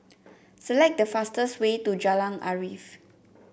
select the fastest way to Jalan Arif